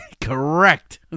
correct